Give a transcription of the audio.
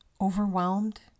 Overwhelmed